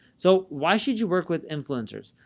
so why should you work with influencers?